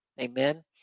Amen